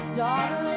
daughter